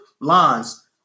lines